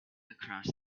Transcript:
across